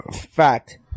fact